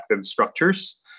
structures